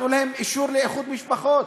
תנו להם אישור לאיחוד משפחות.